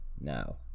now